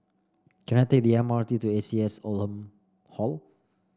can I take the M R T to A C S Oldham Hall